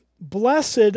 Blessed